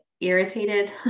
irritated